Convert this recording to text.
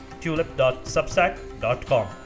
tulip.substack.com